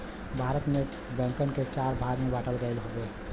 भारत में बैंकन के चार भाग में बांटल गयल हउवे